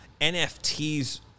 nfts